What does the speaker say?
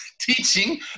teaching